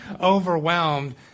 overwhelmed